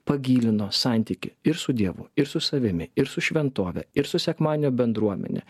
pagilino santykį ir su dievu ir su savimi ir su šventove ir su sekmadienio bendruomene